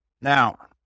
Now